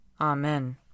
Amen